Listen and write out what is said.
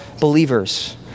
believers